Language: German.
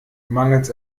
mangels